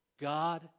God